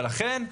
לכן,